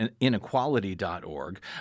inequality.org